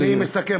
אני מסכם.